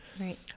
Right